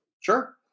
Sure